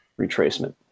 retracement